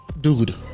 Dude